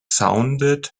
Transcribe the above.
sounded